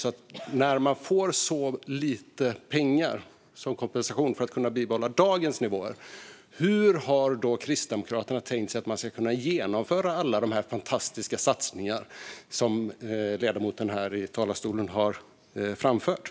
När kommunerna får så lite pengar som kompensation för att kunna bibehålla dagens nivåer, hur har Kristdemokraterna tänkt sig att man ska kunna genomföra alla de fantastiska satsningar som ledamoten här i talarstolen har fört fram?